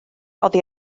oddi